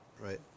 right